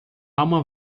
alma